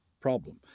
problem